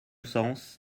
sens